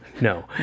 no